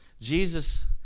Jesus